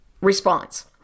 response